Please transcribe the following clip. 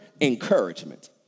Encouragement